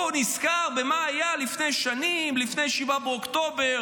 הוא נזכר במה היה לפני שנים, לפני 7 באוקטובר.